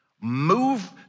move